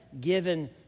given